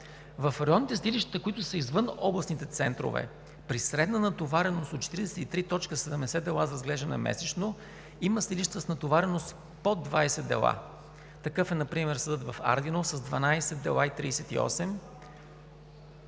В районните съдилища, които са извън областните центрове, при средна натовареност от 43,70 дела за разглеждане месечно, има съдилища с натовареност и под 20 дела. Такъв например e съдът в Ардино с 12,38